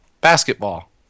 Basketball